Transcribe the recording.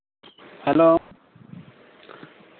hello